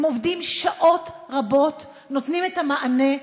הם עובדים שעות רבות, נותנים את המענה.